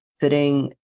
sitting